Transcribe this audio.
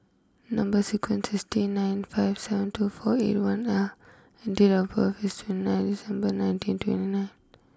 number sequence is T nine five seven two four eight one L and date of birth is twenty nine December nineteen twenty nine